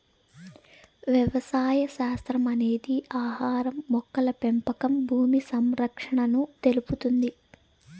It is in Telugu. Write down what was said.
వ్యవసాయ శాస్త్రం అనేది ఆహారం, మొక్కల పెంపకం భూమి సంరక్షణను తెలుపుతుంది